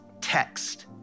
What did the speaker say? text